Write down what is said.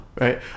right